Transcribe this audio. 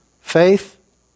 Faith